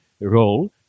role